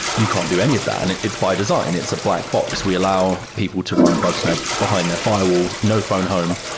you can't do any of that, and it is by design. it's a black box. we allow people to run bugsnag behind their firewall. no phone home.